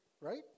Right